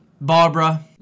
Barbara